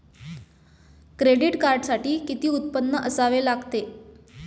Credit कार्डसाठी किती उत्पन्न असावे लागते?